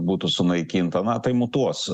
būtų sunaikinta na tai mutuos